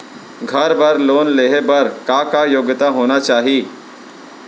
घर बर लोन लेहे बर का का योग्यता होना चाही?